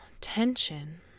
tension